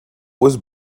was